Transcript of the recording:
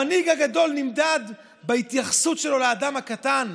המנהיג הגדול נמדד בהתייחסות שלו לאדם הקטן,